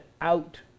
out